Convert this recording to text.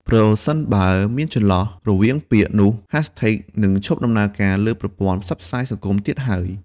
ប្រសិនបើមានចន្លោះរវាងពាក្យ នោះ hashtag នឹងឈប់ដំណើរការលើប្រព័ន្ធផ្សព្វផ្សាយសង្គមទៀតហើយ។